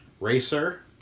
Racer